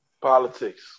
Politics